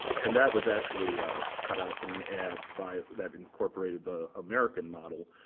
and that was actually cut out from an ad by that incorporated the american model,